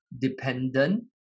dependent